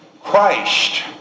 Christ